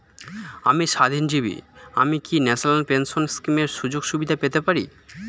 আমি স্বাধীনজীবী আমি কি ন্যাশনাল পেনশন স্কিমের সুযোগ সুবিধা পেতে পারি?